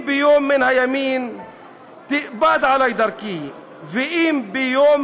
/ ואם ביום מן הימים תאבד עלי דרכי / ואם ביום